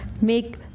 Make